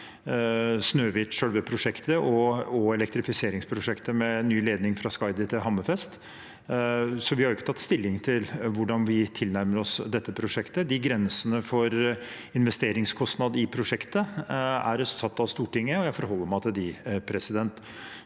Snøhvit-prosjektet og elektrifiseringsprosjektet med ny ledning fra Skaidi til Hammerfest. Vi har ikke tatt stilling til hvordan vi tilnærmer oss dette prosjektet. Grensene for investeringskostnader i prosjektet er satt av Stortinget, og jeg forholder meg til dem. Jeg er